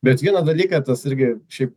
bet vieną dalyką tas irgi šiaip